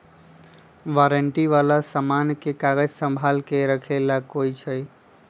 warranty वाला समान के कागज संभाल के रखे ला होई छई